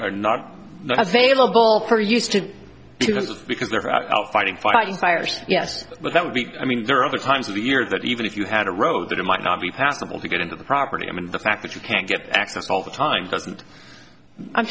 are not available for use to do this because they're fighting fighting fires yes but that would be i mean there are other times of year that even if you had a road that it might not be possible to get into the property and the fact that you can't get access all the time